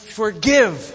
forgive